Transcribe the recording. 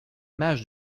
mages